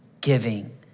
giving